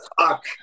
fuck